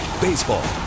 Baseball